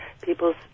people's